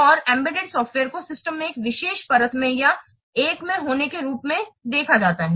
और embedded software को system में एक विशेष परत में या एक में होने के रूप में देखा जाता है